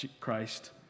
Christ